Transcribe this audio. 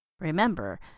Remember